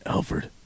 Alfred